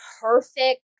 perfect